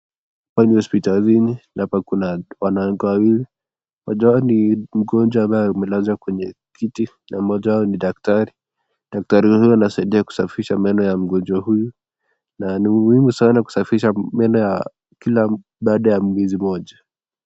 Hapa ni hospitalini na kuna wanawake wawili, moja wao akiwa mgonjwa ambaye amelazwa kwenye kiti na mmoja wao ni daktari, daktari huyu anasaidia kusafisha meno ya mgonjwa huyu na ni muhimu sana kusafisha meno baada ya mwezi moja.